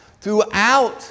throughout